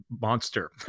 monster